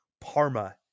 Parma